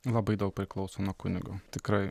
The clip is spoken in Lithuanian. labai daug priklauso nuo kunigo tikrai